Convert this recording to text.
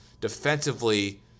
defensively